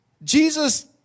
Jesus